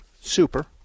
Super